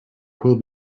will